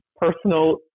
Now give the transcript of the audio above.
personal